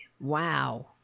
Wow